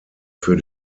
für